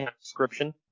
description